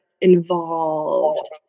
involved